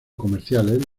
comerciales